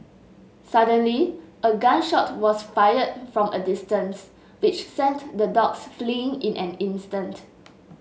suddenly a gun shot was fired from a distance which sent the dogs fleeing in an instant